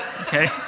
okay